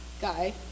guy